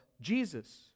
Jesus